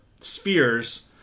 spheres